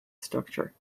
structure